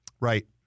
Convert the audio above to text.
Right